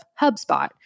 HubSpot